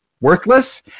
worthless